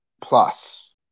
Plus